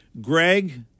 Greg